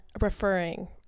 referring